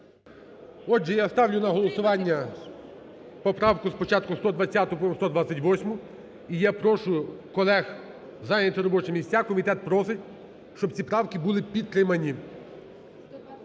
Отже, я ставлю на голосування поправку спочатку 120-у, потім – 128-у. І я прошу колег зайняти робочі місця. Комітет просить, щоб ці правки були підтримані